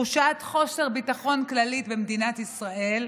יש תחושת חוסר ביטחון כללית במדינת ישראל.